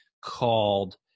called